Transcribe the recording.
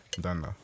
done